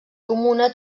comuna